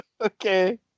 Okay